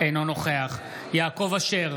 אינו נוכח יעקב אשר,